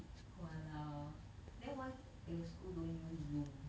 !walao! then why your school don't use zoom